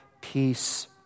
peace